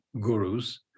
gurus